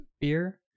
beer